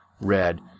Red